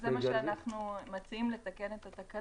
זה מה שאנחנו מציעים לתקן את התקנות,